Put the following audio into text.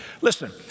Listen